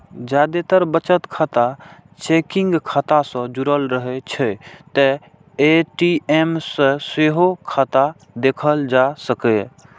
जादेतर बचत खाता चेकिंग खाता सं जुड़ रहै छै, तें ए.टी.एम सं सेहो खाता देखल जा सकैए